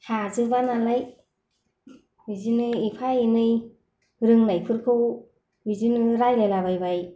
हाजोबा नालाय बिदिनो एफा एनै रोंनायफोरखौ बिदिनो रायलायलाबायबाय